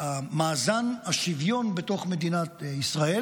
למאזן השוויון בתוך מדינת ישראל.